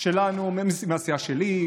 שלנו מהסיעה שלי,